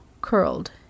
curled